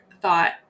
thought